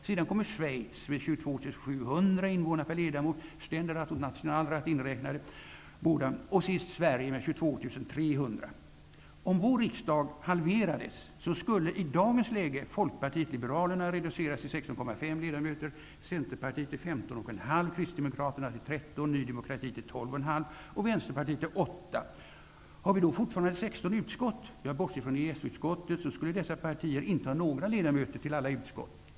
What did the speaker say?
Sedan kommmer Schweiz med 22 700 Om vår riksdag halverades skulle i dagens läge utskott -- jag bortser från EES-utskottet -- skulle dessa partier inte ha ledamöter till alla utskott.